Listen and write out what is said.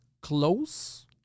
close